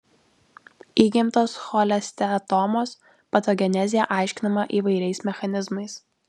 įgimtos cholesteatomos patogenezė aiškinama įvairiais mechanizmais